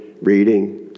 reading